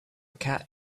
cat